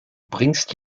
bringst